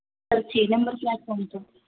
sir ਛੇ number platform ਤੋਂ